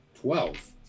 Twelve